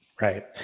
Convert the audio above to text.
Right